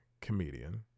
comedian